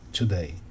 today